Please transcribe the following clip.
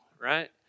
right